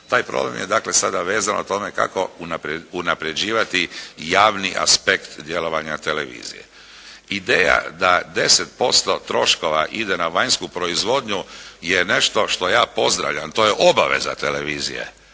Taj problem je dakle sada vezan o tome kako unapređivati javni aspekt djelovanja televizije. Ideja da 10% troškova ide na vanjsku proizvodnju je nešto što ja pozdravljam. To je obaveza televizije